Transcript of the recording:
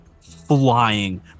flying